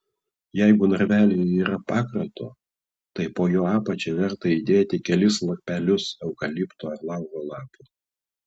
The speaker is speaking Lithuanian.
jeigu narvelyje yra pakrato tai po jo apačia verta įdėti kelis lapelius eukalipto ar lauro lapų